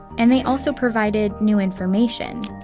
and they also provided new information.